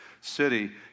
city